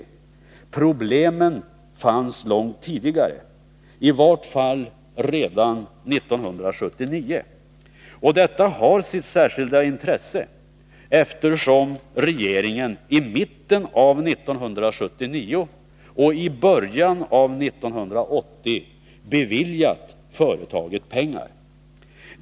De fanns långt tidigare, i vart fall redan 1979. Detta har sitt särskilda intresse eftersom regeringen i mitten av 1979 och i början av 1980 beviljat företaget pengar.